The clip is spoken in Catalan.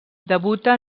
debuta